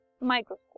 microscope